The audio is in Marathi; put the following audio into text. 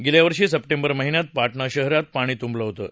गेल्या वर्षी सप्टेंबर महिन्यात पाटणा शहरात पाणी तुंबलं होतं